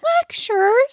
lectures